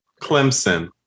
Clemson